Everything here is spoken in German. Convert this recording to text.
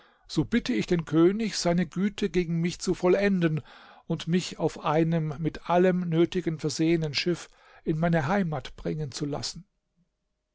so bitte ich den könig seine güte gegen mich zu vollenden und mich auf einem mit allem nötigen versehenen schiff in meine heimat bringen zu lassen